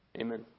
amen